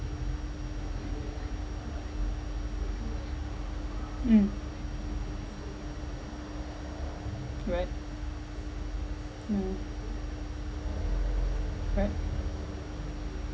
mm right mm right